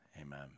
Amen